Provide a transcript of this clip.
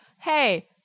hey